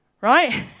right